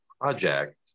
project